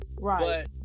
Right